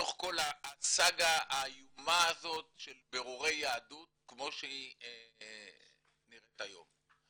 בתוך כל הסאגה האיומה הזאת של בירורי יהדות כמו שהיא נראית היום.